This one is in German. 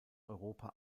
europa